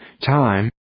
Time